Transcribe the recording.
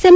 M